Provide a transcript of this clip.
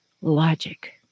logic